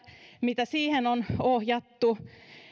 mitä siihen on ohjattu